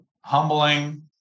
humbling